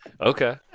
Okay